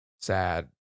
sad